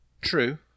True